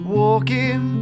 walking